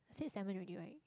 I said salmon already right